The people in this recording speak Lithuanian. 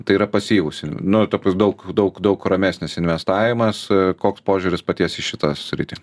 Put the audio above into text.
tai yra pasyvūs ir nu ta daug daug daug ramesnis investavimas koks požiūris paties į šitą sritį